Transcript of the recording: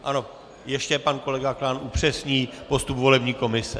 Ano, ještě pan kolega Klán upřesní postup volební komise.